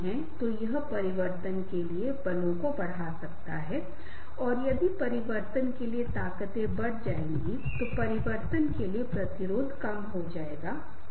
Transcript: मान लीजिए मैं ट्रेन में हूं तो वह व्यक्ति बैठा है और मैं पूछता हूं कि आप कहां जा रहे हैं यदि वह कहता है कि मैं मुंबई जा रहा हूं तो मैं कहता हूं ओह मैं भी मुंबई जा रहा हूं